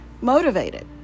motivated